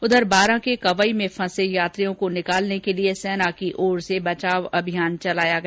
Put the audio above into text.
उधर बारां के कवाई में फंसे यात्रियों को निकालने के लिए सेना की ओर से बचाव अभियान चलाया गया